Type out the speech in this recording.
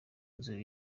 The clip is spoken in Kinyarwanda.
nzu